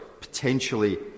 potentially